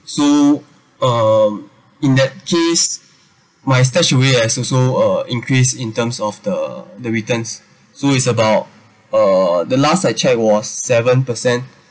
so um in that chase my StashAway has also uh increased in terms of the the returns so is about uh the last I checked was seven per cent